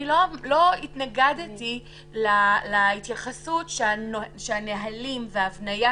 אני לא התנגדתי להתייחסות שהנהלים והבניית